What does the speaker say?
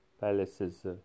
palaces